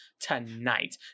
tonight